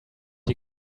you